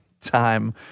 time